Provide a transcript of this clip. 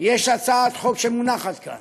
יש הצעת חוק שמונחת כאן